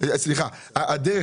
לא צריך לפחד.